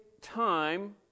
time